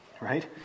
right